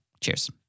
Cheers